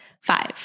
Five